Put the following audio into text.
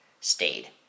stayed